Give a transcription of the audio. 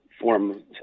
form